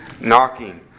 knocking